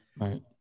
right